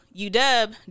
UW